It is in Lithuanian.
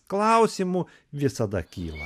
klausimų visada kyla